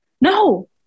No